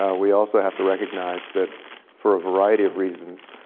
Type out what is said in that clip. ah we also have to recognize that for a variety of reasons,